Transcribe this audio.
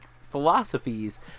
philosophies